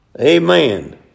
Amen